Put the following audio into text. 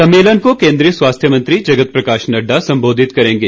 सम्मेलन को केन्द्रीय स्वास्थ्य मंत्री जगत प्रकाश नड्डा संबोधित करेंगे